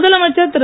முதலமைச்சர் திரு